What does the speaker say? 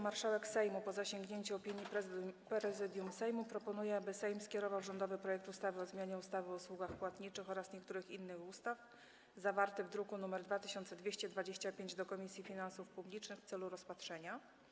Marszałek Sejmu, po zasięgnięciu opinii Prezydium Sejmu, proponuje, aby Sejm skierował rządowy projekt ustawy o zmianie ustawy o usługach płatniczych oraz niektórych innych ustaw, zawarty w druku nr 2225, do Komisji Finansów Publicznych w celu rozpatrzenia.